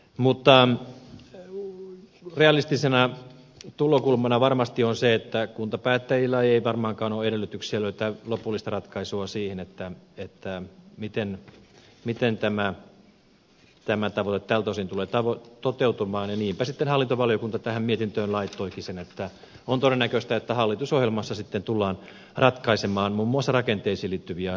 mutta realistisena tulokulmana varmasti on se että kuntapäättäjillä ei varmaankaan ole edellytyksiä löytää lopullista ratkaisua siihen miten tämä tavoite tältä osin tulee toteutumaan ja niinpä hallintovaliokunta tähän mietintöön sitten laittoikin sen että on todennäköistä että hallitusohjelmassa sitten tullaan ratkaisemaan muun muassa rakenteisiin liittyviä asioita